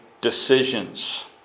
decisions